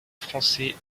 français